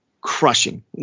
crushing